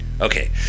okay